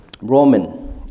Roman